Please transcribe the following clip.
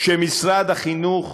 שמשרד החינוך